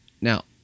Now